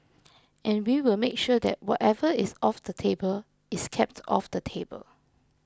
and we will make sure that whatever is off the table is kept off the table